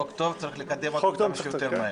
חוק טוב, צריך לקדם אותו כמה שיותר מהר.